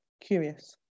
curious